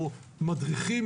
מדריכים,